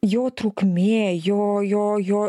jo trukmė jo jo jo